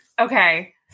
okay